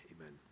amen